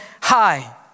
high